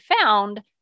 found